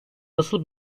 nasıl